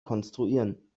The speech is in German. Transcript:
konstruieren